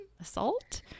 assault